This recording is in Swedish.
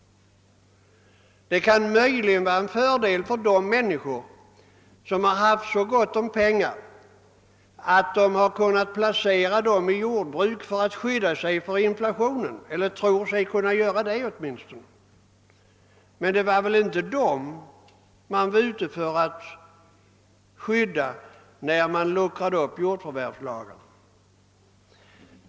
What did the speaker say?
Det kan möjligen vara till fördel för de människor som har haft så gott om pengar att de har kunnat placera dem i jordbruk i förhoppning om att på det sättet kunna skydda sig mot inflation. Men det var väl inte dem som man var ute för att skydda när man luckrade upp jordförvärvslagen.